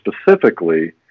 specifically